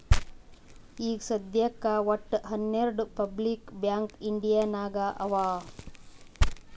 ಈಗ ಸದ್ಯಾಕ್ ವಟ್ಟ ಹನೆರ್ಡು ಪಬ್ಲಿಕ್ ಬ್ಯಾಂಕ್ ಇಂಡಿಯಾ ನಾಗ್ ಅವಾ